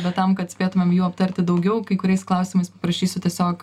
bet tam kad spėtumėm jų aptarti daugiau kai kuriais klausimais prašysiu tiesiog